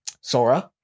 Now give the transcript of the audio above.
Sora